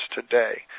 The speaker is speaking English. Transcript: today